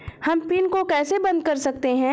हम पिन को कैसे बंद कर सकते हैं?